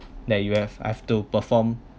that you have I've to perform